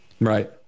right